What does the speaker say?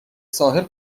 ساحل